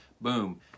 boom